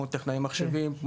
טכנאי מחשבים,